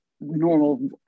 normal